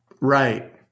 Right